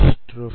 okay